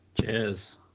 Cheers